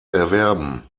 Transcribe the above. erwerben